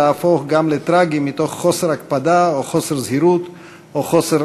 להפוך גם לטרגי מתוך חוסר הקפדה או חוסר זהירות או חוסר